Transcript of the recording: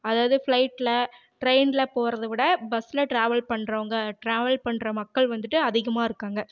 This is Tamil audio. அதாவது ஃப்ளைட்டில் ட்ரெயினில் போகிறது விட பஸ்ஸில் டிராவல் பண்ணுறவுங்க டிராவல் பண்ணுற மக்கள் வந்துட்டு அதிகமாக இருக்காங்க